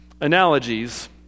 analogies